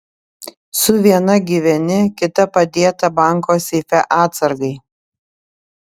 su viena gyveni kita padėta banko seife atsargai